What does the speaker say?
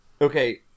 okay